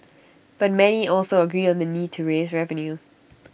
but many also agree on the need to raise revenue